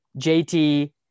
jt